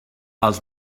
els